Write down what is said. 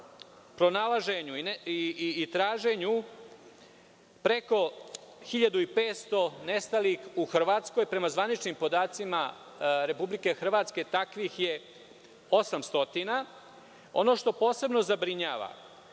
pronalaženju i traženju preko 1.500 nestalih u Hrvatskoj. Prema zvaničnim podacima Republike Hrvatske takvih je 800.Ono što posebno zabrinjava,